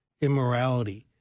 immorality